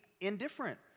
indifferent